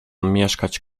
mieszkać